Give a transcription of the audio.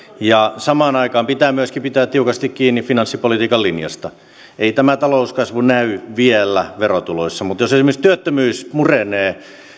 ja samaan aikaan pitää myöskin pitää tiukasti kiinni finanssipolitiikan linjasta ei tämä talouskasvu näy vielä verotuloissa mutta jos esimerkiksi työttömyys murenee